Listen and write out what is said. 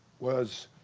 was